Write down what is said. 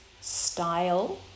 style